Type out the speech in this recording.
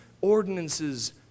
ordinances